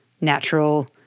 natural